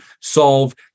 solve